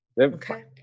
Okay